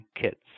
kits